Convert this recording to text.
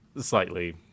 slightly